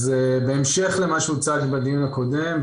אז בהמשך למה שהוצג בדיון הקודם,